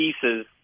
pieces